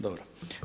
Dobro.